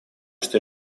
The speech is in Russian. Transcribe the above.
что